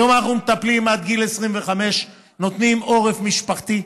היום אנחנו מטפלים עד גיל 25. נותנים עורף משפחתי,